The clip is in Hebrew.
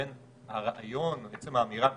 לכן, האמירה המשפטית,